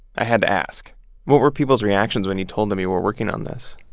i had to ask what were people's reactions when you told them you were working on this?